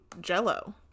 Jello